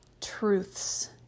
truths